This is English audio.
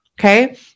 Okay